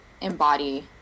embody